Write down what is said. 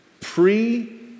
pre